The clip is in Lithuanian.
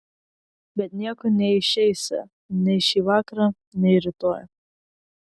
bet nieko neišeisią nei šį vakarą nei rytoj